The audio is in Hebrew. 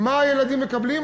מה הילדים מקבלים,